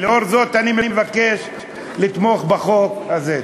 לאור זאת אני מבקש לתמוך בחוק הזה.